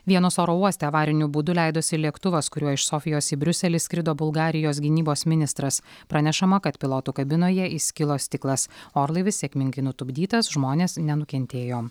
vienos oro uoste avariniu būdu leidosi lėktuvas kuriuo iš sofijos į briuselį skrido bulgarijos gynybos ministras pranešama kad pilotų kabinoje įskilo stiklas orlaivis sėkmingai nutupdytas žmonės nenukentėjo